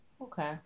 Okay